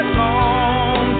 long